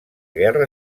guerra